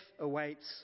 awaits